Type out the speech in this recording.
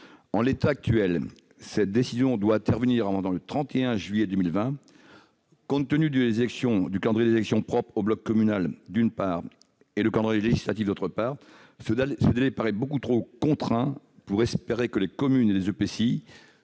En l'état actuel, cette décision doit intervenir avant le 31 juillet 2020. Compte tenu du calendrier des élections propres au bloc communal, d'une part, et du calendrier législatif, d'autre part, ce délai paraît beaucoup trop contraint pour espérer que les communes et les EPCI